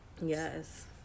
Yes